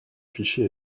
fichier